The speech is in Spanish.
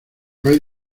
hay